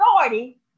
authority